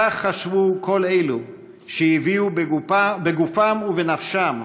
כך חשבו כל אלו שהביאו בגופם ובנפשם,